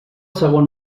segon